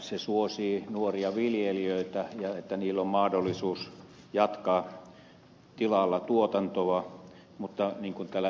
se suosii nuoria viljelijöitä ja sitä että heillä on mahdollisuus jatkaa tilalla tuotantoa mutta niin kuin täällä ed